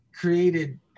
created